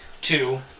Two